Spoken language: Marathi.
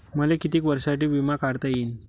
मले कितीक वर्षासाठी बिमा काढता येईन?